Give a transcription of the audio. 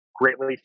greatly